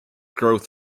growth